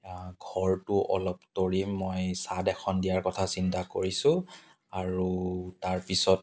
ঘৰটো অলপ তৰি মই চাদ এখন দিয়াৰ চেষ্টা কৰিছোঁ আৰু তাৰপিছত